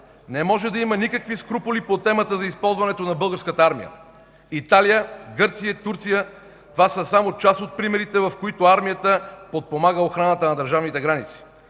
Не може да има никакви скрупули по темата за използването на Българската армия. Италия, Гърция, Турция – това са само част от примерите, в които армията подпомага охраната на държавните граници,